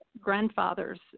grandfather's